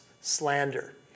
slander